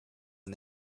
and